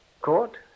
Court